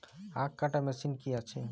আখ কাটা মেশিন কি আছে?